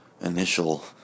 initial